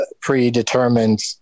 predetermined